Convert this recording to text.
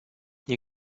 nie